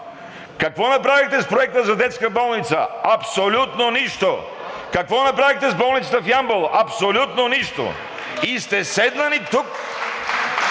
Какво направихте с проекта за детска болница? Абсолютно нищо! Какво направихте с болницата в Ямбол? Абсолютно нищо! (Ръкопляскания